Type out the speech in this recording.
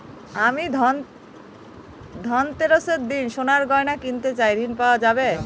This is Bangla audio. আমি ধনতেরাসের দিন সোনার গয়না কিনতে চাই ঝণ পাওয়া যাবে?